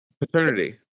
Paternity